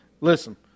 Listen